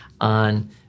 on